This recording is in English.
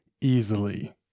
easily